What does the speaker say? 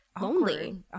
lonely